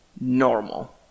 normal